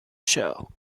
show